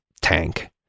tank